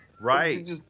Right